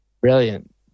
Brilliant